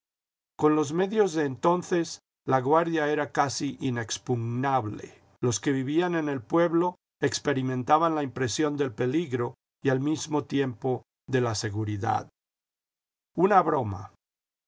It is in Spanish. con los medios de entonces laguardia era casi inexpugnable los que vivían en el pueblo experimentaban la impresión del peligro y al mismo tiempo de la seguridad una broma